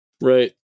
Right